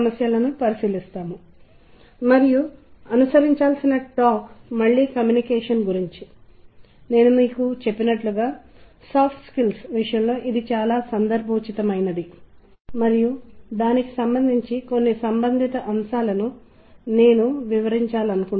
ఈ సెషన్ ఆసక్తికరంగా కొద్దిగా భిన్నంగా కొద్దిగా భిన్నమైన స్వభావంతో ఉందని సాఫ్ట్ స్కిల్స్కు వెంటనే అనుసంధానము చేయలేమని నేను ఆశిస్తున్నాను కానీ మీరు దానిని అర్థవంతమైన రీతిలో ఉపయోగించుకోగలరని నేను భావిస్తున్నాను